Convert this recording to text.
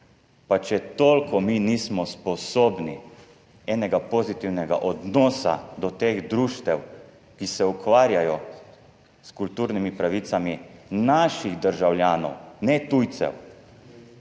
pa če toliko mi nismo sposobni enega pozitivnega odnosa do teh društev, ki se ukvarjajo s kulturnimi pravicami naših državljanov, ne tujcev,